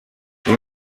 iyo